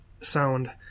sound